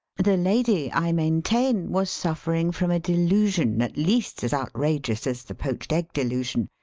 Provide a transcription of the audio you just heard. the lady, i maintain, was suffering from a delusion at least as outrageous as the poached egg delusion,